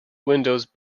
windows